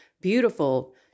beautiful